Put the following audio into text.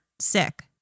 sick